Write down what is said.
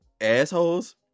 assholes